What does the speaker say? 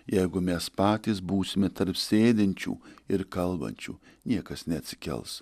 jeigu mes patys būsime tarp sėdinčių ir kalbančių niekas neatsikels